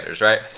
right